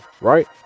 right